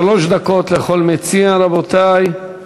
שלוש דקות לכל מציע, רבותי.